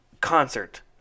concert